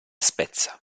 spezza